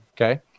okay